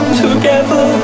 together